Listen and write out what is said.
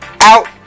out